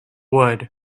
wood